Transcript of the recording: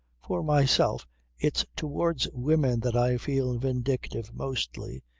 for myself it's towards women that i feel vindictive mostly,